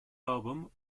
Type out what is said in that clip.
album